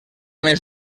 més